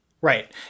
Right